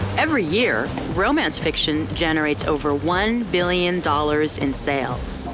every year, romance fiction generates over one billion dollars in sales.